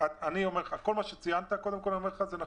אני חייב להגיד שכל מה שציינת הוא נכון.